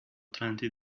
twenty